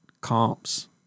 comps